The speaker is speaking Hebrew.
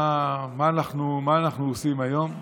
מה אנחנו עושים היום,